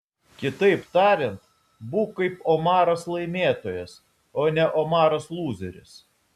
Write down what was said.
kitaip tariant būk kaip omaras laimėtojas o ne omaras lūzeris